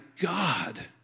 God